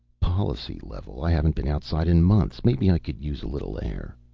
policy level. i haven't been outside in months. maybe i could use a little air.